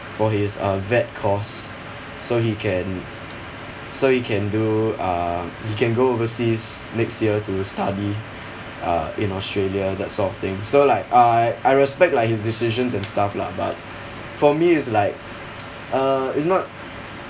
for his uh vet course so he can so he can do uh he can go overseas next year to study uh in australia that sort of thing so like I I respect like his decisions and stuff lah but for me is like uh it's not